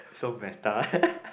so meta